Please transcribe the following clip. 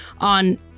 on